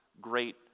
great